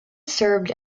served